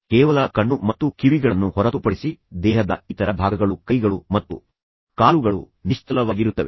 ಕೇವಲ ಕಣ್ಣು ಮತ್ತು ಕಿವಿಗಳನ್ನು ಹೊರತುಪಡಿಸಿ ದೇಹದ ಇತರ ಭಾಗಗಳು ಕೈಗಳು ಮತ್ತು ಕಾಲುಗಳು ಅವು ನಿಶ್ಚಲವಾಗಿರುತ್ತವೆ